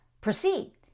proceed